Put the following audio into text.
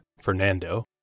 Fernando